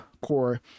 core